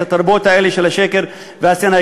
את התרבויות האלה של השקר והשנאה.